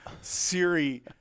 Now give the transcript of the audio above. Siri